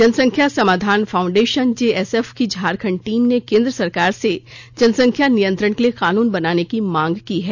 जनसंख्या Samadhan Foundation JSF की Jharkhand team ने केंद्र सरकार से जनसंख्या नियंत्रण के लिए कानून बनाने की मांग की है